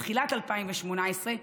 בתחילת 2018,